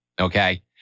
Okay